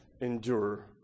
endure